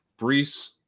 Brees